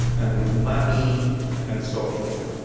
and with umami and so forth.